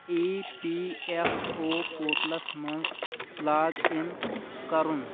E P F O portals منٛز log in کَرُن